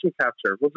capture